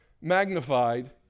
magnified